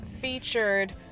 featured